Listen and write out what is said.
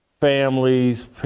families